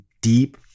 deep